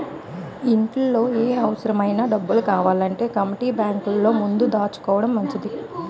ఇంట్లో ఏ అవుసరమైన డబ్బు కావాలంటే కమ్మూనిటీ బేంకులో ముందు దాసుకోడం మంచిది